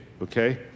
okay